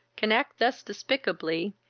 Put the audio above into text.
can act thus despicably,